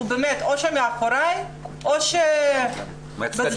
הוא נמצא מאחוריי או מצדדיי.